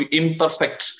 imperfect